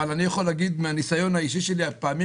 אבל אני יכול להגיד מהניסיון האישי שלי על פעמים